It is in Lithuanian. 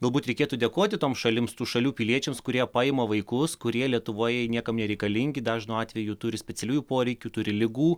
galbūt reikėtų dėkoti toms šalims tų šalių piliečiams kurie paima vaikus kurie lietuvoje niekam nereikalingi dažnu atveju turi specialiųjų poreikių turi ligų